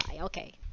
Okay